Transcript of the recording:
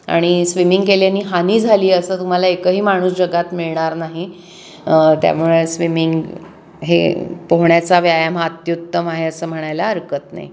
आणि स्विमिंग केल्यानी हानी झाली असं तुम्हाला एकही माणूस जगात मिळणार नाही त्यामुळे स्विमिंग हे पोहण्याचा व्यायाम हा अत्युत्तम आहे असं म्हणायला हरकत नाही